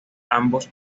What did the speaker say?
ambos